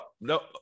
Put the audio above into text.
no